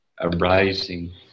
arising